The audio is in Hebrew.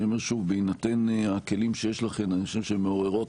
אני אומר שוב בהינתן הכלים שיש לכם אני חושב שהתוצאות מעוררות